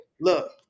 Look